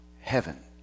heaven